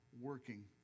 working